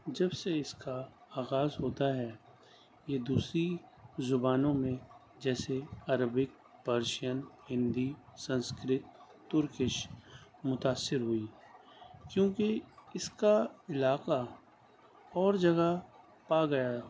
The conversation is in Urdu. جب سے اس کا آغاز ہوتا ہے یہ دوسری زبانوں میں جیسے Arabic Persian Hindi Sanskrit Turkish متاثر ہوئی کیونکہ اس کا علاقہ اور جگہ پا گیا